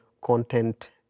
content